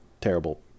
terrible